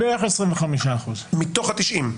בערך 25%. מתוך ה-90%?